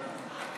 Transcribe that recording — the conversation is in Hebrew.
לתפוס את מקומו.